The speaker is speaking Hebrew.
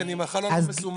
כן, אם החלון מסומן.